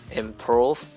improve